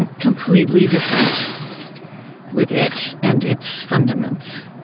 and completely different with it and its fundaments